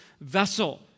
vessel